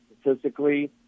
statistically